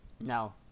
No